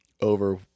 over